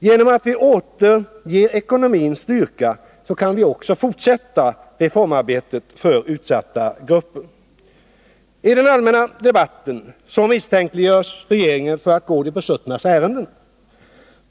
Genom att vi återger ekonomin styrka kan vi också fortsätta arbetet med reformer för utsatta grupper. I den allmänna debatten misstänkliggörs regeringen för att gå de besuttnas ärenden.